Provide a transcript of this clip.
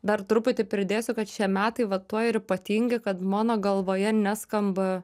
dar truputį pridėsiu kad šie metai va tuo ir ypatingi kad mano galvoje neskamba